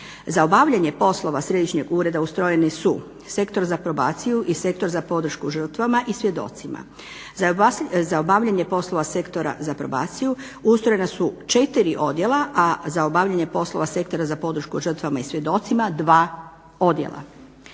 Za obavljanje poslova središnjeg ureda ustrojeni su Sektor za probaciju i Sektor za podršku žrtvama i svjedocima. Za obavljanje poslova Sektora za probaciju ustrojena su 4 odjela, a za obavljanje poslova Sektora za podršku žrtvama i svjedocima 2 odjela.